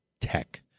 tech